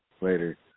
later